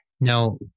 Now